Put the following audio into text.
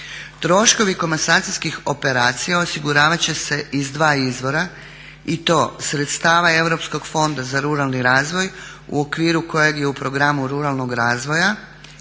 Troškovi komasacijskih operacija osiguravati će se iz dva izvora i to sredstava Europskog fonda za ruralni razvoj u okviru kojeg je u programu ruralnog razvoja